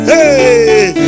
Hey